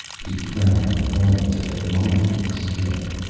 he frowned in annoyance at the reminder of the skin.